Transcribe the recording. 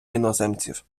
іноземців